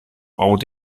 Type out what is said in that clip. auch